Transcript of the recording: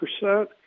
percent